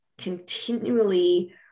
continually